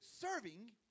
serving